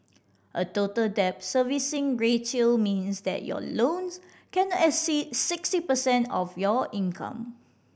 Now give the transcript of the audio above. a Total Debt Servicing Ratio means that your loans can exceed sixty percent of your income